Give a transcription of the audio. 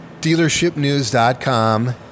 dealershipnews.com